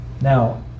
Now